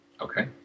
Okay